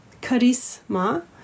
charisma